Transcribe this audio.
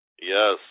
Yes